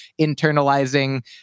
internalizing